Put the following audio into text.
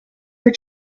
for